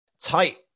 tight